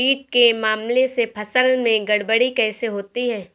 कीट के हमले से फसल में गड़बड़ी कैसे होती है?